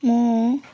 ମୁଁ